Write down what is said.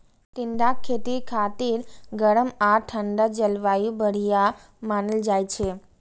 टिंडाक खेती खातिर गरम आ ठंढा जलवायु बढ़िया मानल जाइ छै